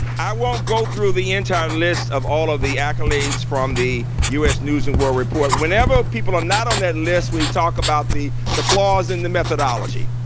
i won't go through the entire list of all of the accolades from the u s. news and world report. whenever people are not on that list, we talk about the the flaws in the methodology.